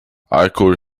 alkohol